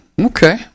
Okay